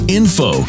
info